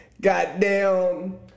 goddamn